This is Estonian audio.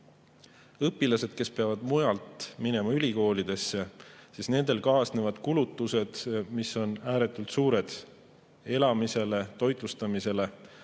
Õpilastele, kes peavad mujalt minema ülikooli, kaasnevad kulutused, mis on ääretult suured: elamisele, toitlustamisele.